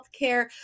healthcare